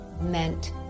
meant